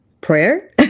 Prayer